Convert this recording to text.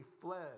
fled